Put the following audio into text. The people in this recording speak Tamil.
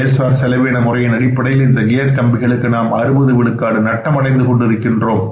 செயல் சார் செலவீன முறையின் அடிப்படையில் இந்த கியர் கம்பிகளுக்கு நாம் 60 விழுக்காடு நட்டம் அடைந்து கொண்டிருக்கிறோம்